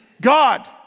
God